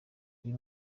uyu